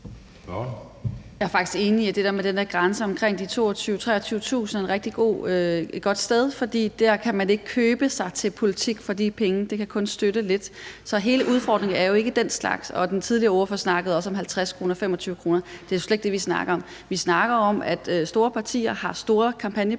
Jeg er faktisk enig i det der med, at grænsen omkring 22.000-23.000 kr. er rigtig god. Det er et rigtig godt sted, for der kan man ikke købe sig til politik; for de penge kan man kun støtte lidt. Så hele udfordringen er jo ikke den slags. Den tidligere ordfører snakkede også om 50 kr. og 25 kr., men det er jo slet ikke det, vi snakker om. Vi snakker om, at store partier har store kampagnebudgetter